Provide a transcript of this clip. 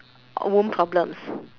womb problems